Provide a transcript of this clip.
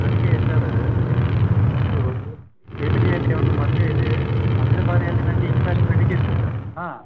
ನನಗೆ ಸರ್ರ್ ಒಂದು ಫೆಮಿಲಿಯಲ್ಲಿ ಒಂದು ಮದುವೆ ಇದೆ ಅದರ ಬಾರಿಯಲ್ಲಿ ನನಗೆ ಇಂಕ್ವೈರಿ ಮಾಡಲಿಕ್ಕೆ ಇತ್ತು ಸರ್ ಹಾಂ